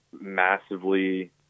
massively –